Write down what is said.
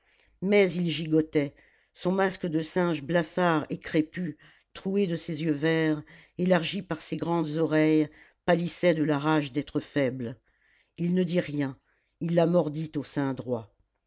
mais il gigotait son masque de singe blafard et crépu troué de ses yeux verts élargi par ses grandes oreilles pâlissait de la rage d'être faible il ne dit rien il la mordit au sein droit